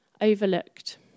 Overlooked